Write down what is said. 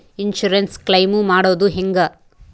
Insurance claim ಮಾಡೋದು ಹೆಂಗ?